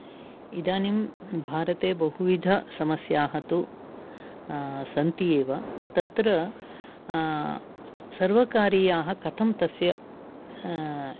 इदानीं भारते बहुविधसमस्याः तु सन्ति एव तत्र सर्वकारीयाः कथं तस्य